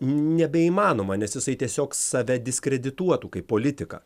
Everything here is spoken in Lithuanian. nebeįmanoma nes jisai tiesiog save diskredituotų kaip politiką